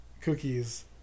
cookies